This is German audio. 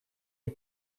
die